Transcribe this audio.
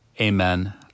Amen